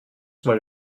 mal